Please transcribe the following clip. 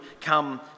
come